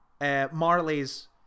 Marley's